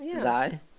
guy